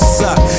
suck